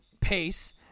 pace